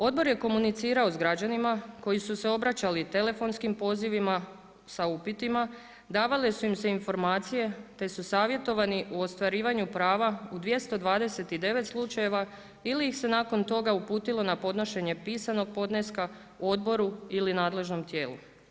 Odbor je komunicirao sa građanima koji su se obraćali telefonskim pozivima sa upitima, davale su im se informacije, te su savjetovani u ostvarivanju prava u 229 slučajeva ili ih se nakon toga uputilo na podnošenje pisanog podneska odboru ili nadležnom tijelu.